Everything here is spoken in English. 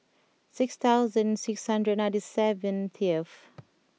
six thousand six hundred ninety seven T F